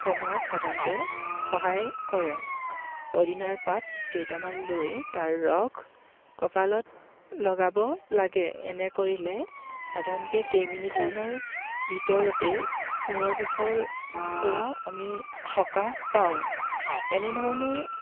কমোৱাত সাধাৰণতে সহায় কৰে পদিনাৰ পাত কেইটামান লৈ তাৰ ৰস কপালত লগাব লাগে এনে কৰিলে সাধাৰণতে কেই মিনিটমানৰ ভিতৰতেই মূৰৰ বিষৰ পৰা আমি সকাহ পাওঁ এনেধৰণেই